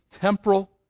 temporal